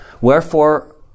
Wherefore